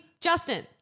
Justin